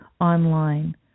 online